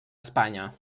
espanya